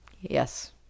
Yes